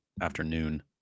afternoon